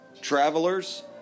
travelers